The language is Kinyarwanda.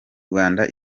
rwanda